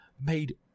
made